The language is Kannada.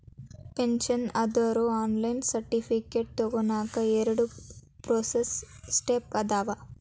ಪೆನ್ಷನ್ ಆದೋರು ಆನ್ಲೈನ್ ಸರ್ಟಿಫಿಕೇಟ್ ತೊಗೋನಕ ಎರಡ ಪ್ರೋಸೆಸ್ ಸ್ಟೆಪ್ಸ್ ಅದಾವ